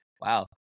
wow